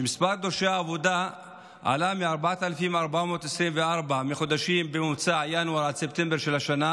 מספר דורשי העבודה עלה מ-4,424 בממוצע בחודשים ינואר עד ספטמבר של השנה